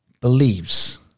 Believes